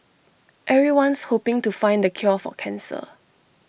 everyone's hoping to find the cure for cancer